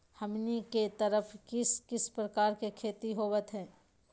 हमनी के तरफ किस किस प्रकार के खेती होवत है?